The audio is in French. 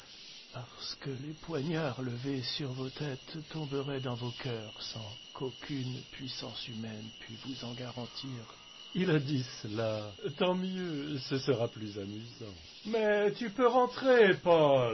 parce que les poignards levés sur vos têtes tomberaient dans vos cœurs sans qu'aucune puissance humaine pût vous en garantir il a dit cela tant mieux ce sera plus amusant mais tu peux entrer